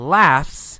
laughs